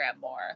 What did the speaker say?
more